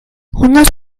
unos